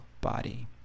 body